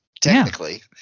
Technically